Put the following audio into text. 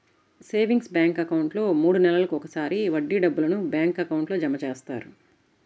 savings bank అకౌంట్లో మూడు నెలలకు ఒకసారి వడ్డీ డబ్బులను బ్యాంక్ అకౌంట్లో జమ చేస్తారు